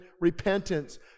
repentance